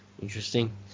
Interesting